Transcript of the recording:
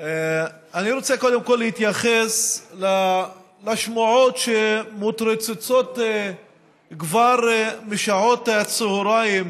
אני רוצה קודם כול להתייחס לשמועות שמתרוצצות כבר משעות הצוהריים